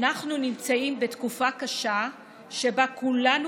"אנחנו נמצאים בתקופה קשה שבה כולנו